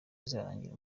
izarangira